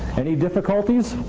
any difficulties?